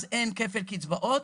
אז אין כפל קצבאות.